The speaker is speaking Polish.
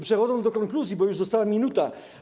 Przechodzę do konkluzji, bo została minuta.